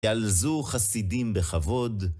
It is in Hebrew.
יעלזו חסידים בכבוד!